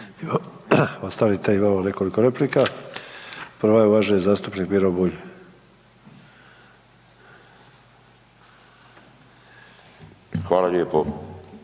Ostanite imamo nekoliko replika. Prvi je uvaženi zastupnik Miro Bulj. **Bulj,